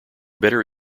better